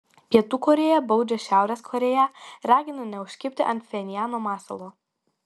pietų korėja baudžia šiaurės korėją ragina neužkibti ant pchenjano masalo